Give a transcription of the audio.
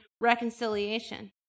reconciliation